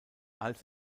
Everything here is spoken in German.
als